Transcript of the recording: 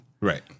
Right